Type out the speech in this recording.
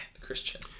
Christian